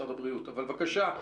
אבל בבקשה,